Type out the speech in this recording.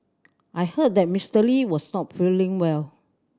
I heard that Mister Lee was not feeling well